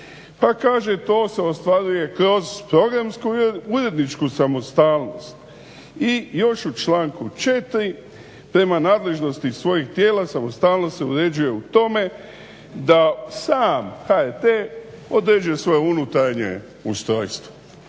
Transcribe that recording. pa kaže "to se ostvaruje kroz programsko-uredničku samostalnost". I još u članku 4. "prema nadležnosti svojih tijela samostalnost se uređuje u tome da sam HRT određuje svoje unutarnje ustrojstvo".